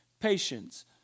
patience